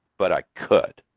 but i could.